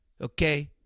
Okay